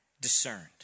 discerned